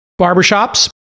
barbershops